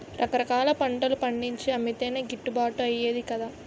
రకరకాల పంటలు పండించి అమ్మితేనే గిట్టుబాటు అయ్యేది కదా